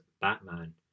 Batman